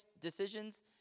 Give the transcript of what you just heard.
decisions